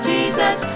Jesus